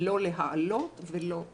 לא להעלות ולא להוריד.